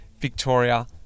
Victoria